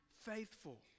faithful